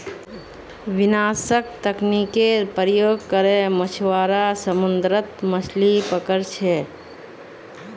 विनाशक तकनीकेर प्रयोग करे मछुआरा समुद्रत मछलि पकड़ छे